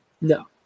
No